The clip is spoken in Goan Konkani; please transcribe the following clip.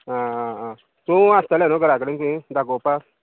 आ आ तूं आसतले न्हू घरा कडेन तूं दाखोवपाक